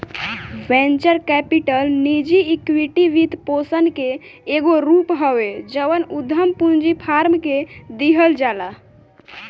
venture capital निजी equity वित्तपोषण के एगो रूप हवे जवन उधम पूंजी फार्म के दिहल जाला